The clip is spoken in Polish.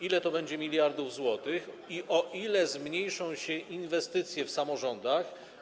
Ile to będzie miliardów złotych oraz o ile zmniejszą się inwestycje w samorządach?